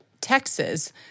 Texas